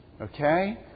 Okay